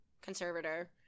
conservator